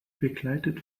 begleitet